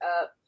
up